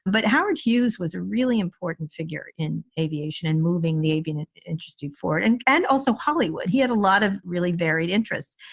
but howard hughes was a really important figure in aviation and moving the aviation interesting forward. and and also hollywood. he had a lot of really varied interests,